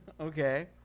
okay